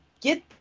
get